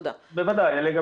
בוודאי.